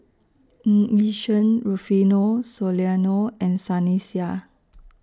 Ng Yi Sheng Rufino Soliano and Sunny Sia